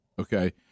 okay